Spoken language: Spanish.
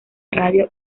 radio